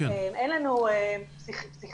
אין לנו פסיכיאטר,